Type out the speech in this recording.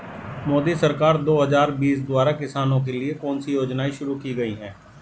मोदी सरकार दो हज़ार बीस द्वारा किसानों के लिए कौन सी योजनाएं शुरू की गई हैं?